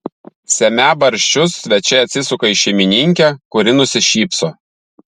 semią barščius svečiai atsisuka į šeimininkę kuri nusišypso